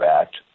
Act